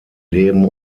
leben